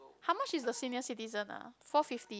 how much is the senior citizen ah four fifty